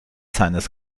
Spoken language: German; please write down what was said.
seines